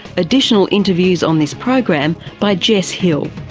additional interviews on this program by jess hill,